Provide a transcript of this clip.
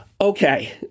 Okay